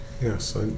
Yes